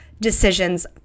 decisions